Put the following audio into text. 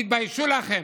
תתביישו לכם.